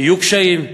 יהיו קשיים,